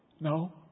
no